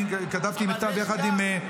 אני כתבתי מכתב, יחד עם חברתי.